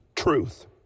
truth